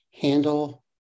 handle